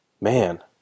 man